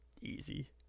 easy